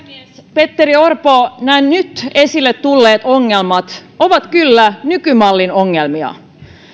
petteri orpo nämä nyt esille tulleet ongelmat ovat kyllä nykymallin ongelmia